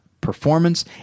performance